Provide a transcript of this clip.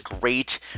great